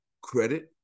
credit